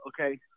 Okay